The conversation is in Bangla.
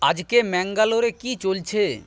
আজকে ম্যাঙ্গালোরে কী চলছে